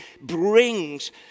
brings